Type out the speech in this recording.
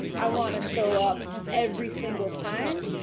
i want to show up every single time.